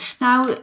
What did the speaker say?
now